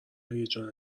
هیجان